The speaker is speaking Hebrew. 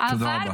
תודה רבה.